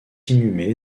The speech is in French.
inhumé